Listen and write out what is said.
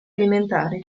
alimentari